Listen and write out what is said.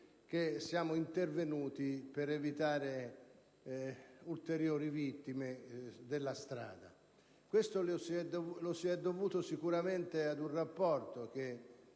che siamo intervenuti per evitare ulteriori vittime della strada. Questo lo si è dovuto sicuramente al lavoro che